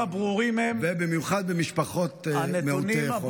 במיוחד אצל משפחות מעוטות יכולת.